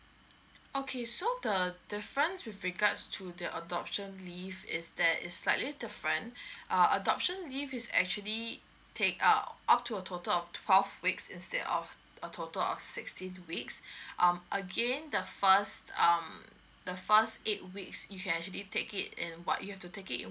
okay so the difference with regards to the adoption leave is that it's slightly different err adoption leave is actually take out up to a total of twelve weeks instead of a total of sixteen weeks um again the first um the first eight weeks you can actually take it and what you have to take it